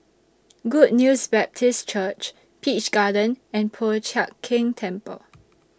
Good News Baptist Church Peach Garden and Po Chiak Keng Temple